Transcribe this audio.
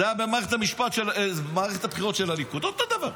זה היה במערכת הבחירות של הליכוד, אותו דבר,